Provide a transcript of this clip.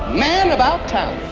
man about town.